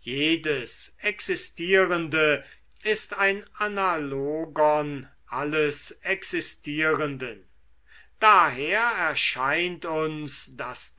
jedes existierende ist ein analogon alles existierenden daher erscheint uns das